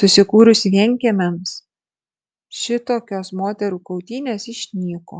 susikūrus vienkiemiams šitokios moterų kautynės išnyko